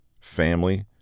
family